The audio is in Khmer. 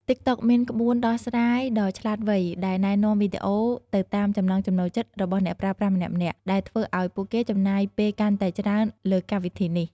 តិកតុកមានក្បួនដោះស្រាយដ៏ឆ្លាតវៃដែលណែនាំវីដេអូទៅតាមចំណង់ចំណូលចិត្តរបស់អ្នកប្រើប្រាស់ម្នាក់ៗ ដែលធ្វើឱ្យពួកគេចំណាយពេលកាន់តែច្រើនលើកម្មវិធីនេះ។